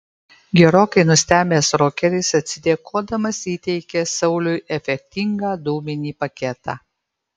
gerokai nustebęs rokeris atsidėkodamas įteikė sauliui efektingą dūminį paketą